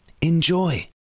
Enjoy